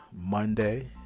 Monday